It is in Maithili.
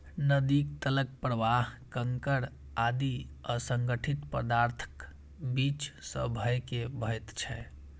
नदीक तलक प्रवाह कंकड़ आदि असंगठित पदार्थक बीच सं भए के बहैत छै